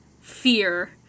fear